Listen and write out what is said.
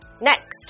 Next